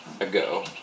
ago